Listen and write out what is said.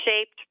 shaped